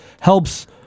helps